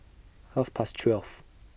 Half Past twelve